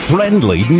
Friendly